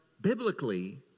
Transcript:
biblically